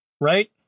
Right